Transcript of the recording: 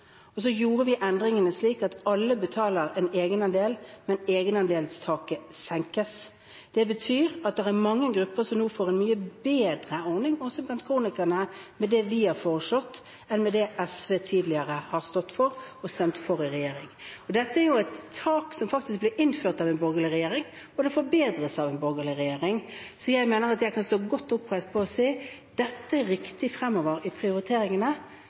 nå. Så gjorde vi endringene, slik at alle betaler en egenandel, men egenandelstaket senkes. Det betyr at det er mange grupper – også blant kronikerne – som nå får en mye bedre ordning med det vi har foreslått, enn med det SV tidligere har stått for og stemt for i regjering. Dette er et tak som faktisk ble innført av en borgerlig regjering, og det forbedres av en borgerlig regjering. Så jeg mener at jeg kan stå oppreist og si: Dette er riktig for prioriteringen fremover.